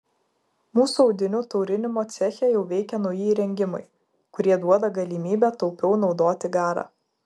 mūsų audinių taurinimo ceche jau veikia nauji įrengimai kurie duoda galimybę taupiau naudoti garą